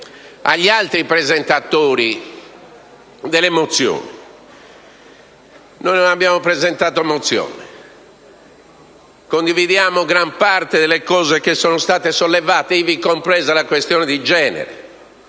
agli altri presentatori delle mozioni - non abbiamo presentato mozioni. Condividiamo gran parte delle cose che sono state sollevate, ivi compresa la questione di genere,